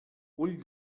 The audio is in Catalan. ull